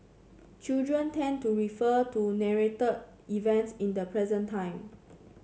children tend to refer to narrated events in the present time